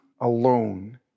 alone